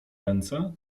ręce